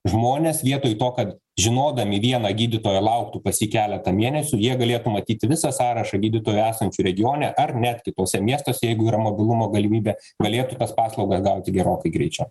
žmonės vietoj to kad žinodami vieną gydytoją lauktų pas jį keletą mėnesių jie galėtų matyti visą sąrašą gydytojų esančių regione ar net kituose miestuose jeigu yra mobilumo galimybė galėtų tas paslaugas gauti gerokai greičiau